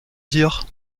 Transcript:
dire